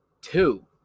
Two